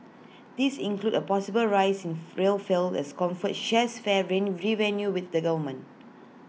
these include A possible rise in rail fares as comfort shares fare revenue with the government